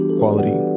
quality